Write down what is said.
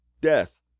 Death